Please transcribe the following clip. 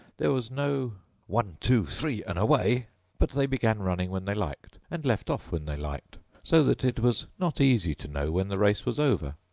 there was no one, two, three, and away but they began running when they liked, and left off when they liked, so that it was not easy to know when the race was over.